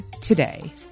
today